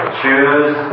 choose